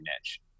niche